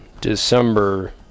December